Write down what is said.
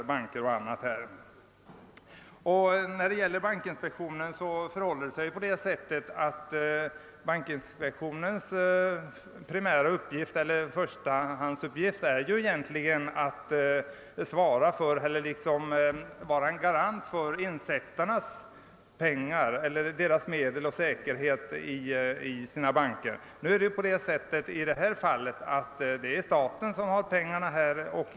Vad beträffar bankinspektionen är in spektionens primära uppgift att vara en garant för insättarna. I det här fallet är det staten och inte några insättare som äger pengarna.